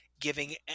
giving